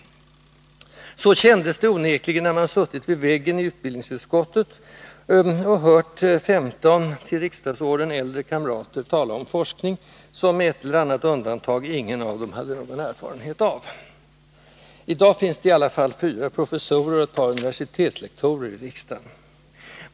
Så kändes det onekligen när man suttit vid väggen i utbildningsutskottet och hört 15 till riksdagsåren äldre kamrater tala om forskning, som med ett eller annat undantag, ingen av dem hade någon erfarenhet av. I dag finns det i alla fall fyra professorer och några universitetslektorer i riksdagen.